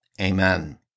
Amen